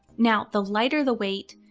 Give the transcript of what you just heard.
now, the lighter the weight,